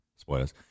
spoilers